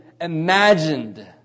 imagined